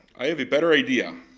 i have a better idea,